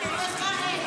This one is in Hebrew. --- תהיה רגוע.